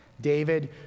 David